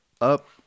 up